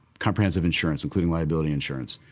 comprehensive insurance, including liability insurance,